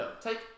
Take